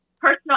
personal